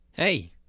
Hey